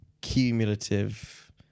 cumulative